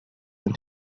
and